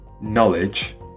knowledge